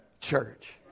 church